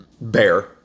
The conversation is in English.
Bear